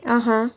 (uh huh)